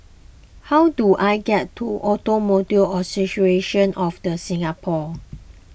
how do I get to Automobile Association of the Singapore